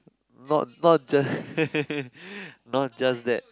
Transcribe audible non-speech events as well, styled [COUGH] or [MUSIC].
not not just [LAUGHS] not just that